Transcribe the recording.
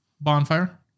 bonfire